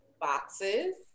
Boxes